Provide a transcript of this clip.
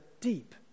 deep